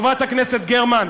חברת הכנסת גרמן,